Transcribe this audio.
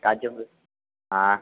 काजू की हाँ